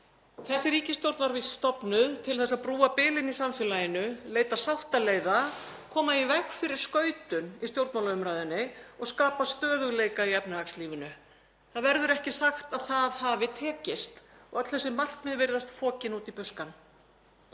Þessi ríkisstjórn var víst stofnuð til að brúa bilin í samfélaginu, leita sáttaleiða, koma í veg fyrir skautun í stjórnmálaumræðunni og skapa stöðugleika í efnahagslífinu. Það verður ekki sagt að það hafi tekist og öll þessi markmið virðast fokin út í buskann.